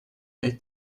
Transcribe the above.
may